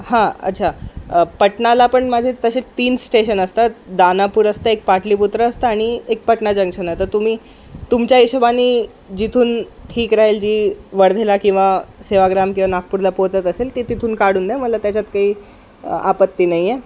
हां अच्छा पटणाला पण माझे तसे तीन स्टेशन असतात दानापूर असतं एक पाटलीपुत्र असतं आणि एक पटणा जंक्शन येतं तुम्ही तुमच्या हिशेबाने जिथून ठीक राहील जी वर्धेला किंवा सेवाग्राम किंवा नागपूरला पोचत असेल ते तिथून काढून द्या मला त्याच्यात काही आपत्ती नाही आहे